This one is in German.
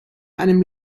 einem